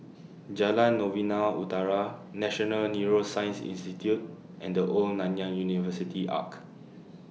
Jalan Novena Utara National Neuroscience Institute and The Old Nanyang University Arch